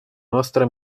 nostra